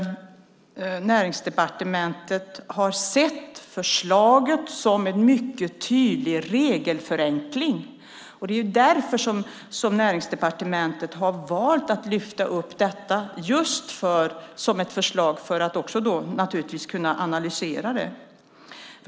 Näringsdepartementet har sett förslaget som en mycket tydlig regelförenkling. Det är därför Näringsdepartementet har valt att lyfta upp detta just som ett förslag för att också kunna analysera det.